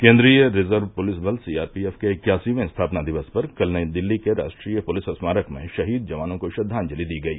केंद्रीय reserve police बल CRPF के इक्यासीवें स्थापना दिवस पर कल नई दिल्ली के राष्ट्रीय पुलिस स्मारक में शहीद जवानों को श्रद्वांजलि दी गई